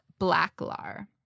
Blacklar